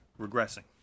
regressing